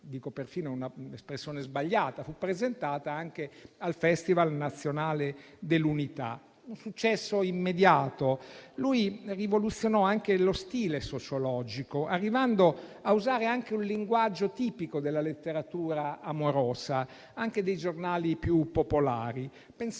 1979, quando uscì, quest'opera fu presentata anche al Festival nazionale dell'Unità: un successo immediato. Lui rivoluzionò anche lo stile sociologico, arrivando a usare il linguaggio tipico della letteratura amorosa dei giornali più popolari.